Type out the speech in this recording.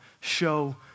show